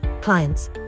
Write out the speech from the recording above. clients